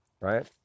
right